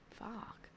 Fuck